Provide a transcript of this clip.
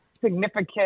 significant